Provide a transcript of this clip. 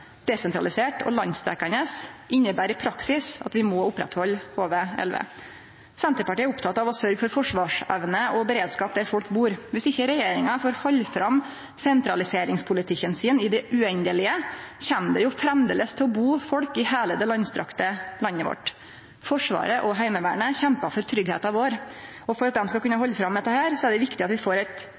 og landsdekkjande, inneber i praksis at vi må føre vidare HV-11. Senterpartiet er oppteke av å sørgje for forsvarsevne og beredskap der folk bur. Dersom ikkje regjeringa får halde fram med sentraliseringspolitikken sin i det uendelege, kjem det jo framleis til å bu folk i heile det langstrakte landet vårt. Forsvaret og Heimevernet kjempar for tryggleiken vår, og for at dei skal kunne halde fram med det, er det viktig at vi får eit